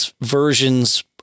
versions